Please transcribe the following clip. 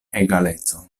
egaleco